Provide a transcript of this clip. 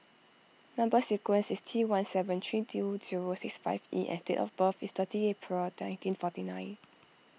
Number Sequence is T one seven three do two six five E and date of birth is thirty April nineteen forty nine